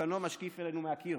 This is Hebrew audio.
שדיוקנו משקיף אלינו מהקיר.